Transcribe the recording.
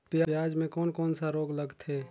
पियाज मे कोन कोन सा रोग लगथे?